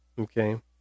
okay